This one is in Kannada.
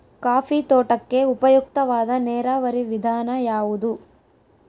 ಕಾಫಿ ತೋಟಕ್ಕೆ ಉಪಯುಕ್ತವಾದ ನೇರಾವರಿ ವಿಧಾನ ಯಾವುದು?